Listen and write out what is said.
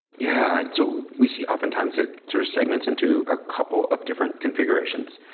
yeah. so we see often times that sort of segments into a couple of different confi gurations,